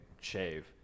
shave